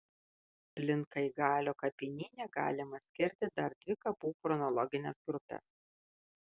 plinkaigalio kapinyne galima skirti dar dvi kapų chronologines grupes